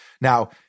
Now